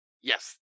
yes